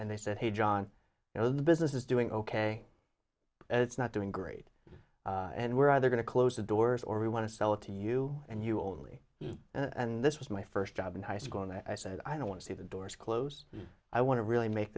and they said hey john you know the business is doing ok it's not doing great and we're either going to close the doors or we want to sell it to you and you only and this was my first job in high school and i said i don't want to see the doors close i want to really make